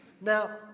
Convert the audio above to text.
Now